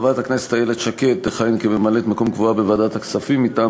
חברת הכנסת איילת שקד תכהן כממלאת-מקום קבועה בוועדת הכספים מטעם